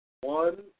one